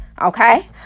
okay